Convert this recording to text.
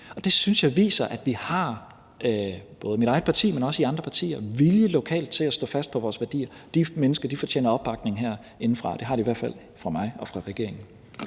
partier, har vilje lokalt til at stå fast på vores værdier. De mennesker fortjener opbakning herindefra, og det har de i hvert fald fra min og fra regeringens